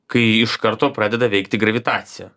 kai iš karto pradeda veikti gravitacija